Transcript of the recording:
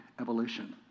evolution